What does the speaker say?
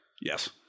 Yes